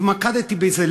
התמקדתי בזה.